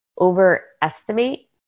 overestimate